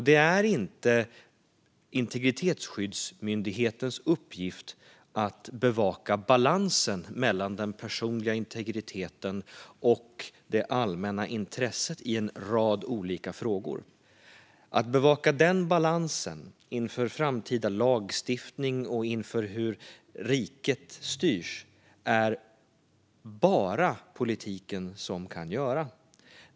Det är inte Integritetsskyddsmyndighetens uppgift att bevaka balansen mellan den personliga integriteten och det allmänna intresset i en rad olika frågor. Att bevaka den balansen inför framtida lagstiftning och inför hur riket ska styras är det bara politiken som kan göra.